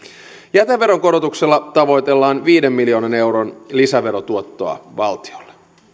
jäteveron korotuksella tavoitellaan viiden miljoonan euron lisäverotuottoa valtiolle